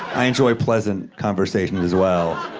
i enjoy pleasant conversation as well.